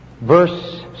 verse